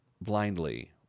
blindly